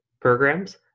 programs